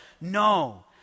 No